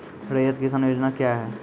रैयत किसान योजना क्या हैं?